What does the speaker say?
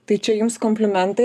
tai čia jums komplimentai